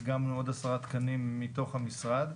אגמנו עוד עשרה תקנים מתוך המשרד,